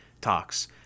Talks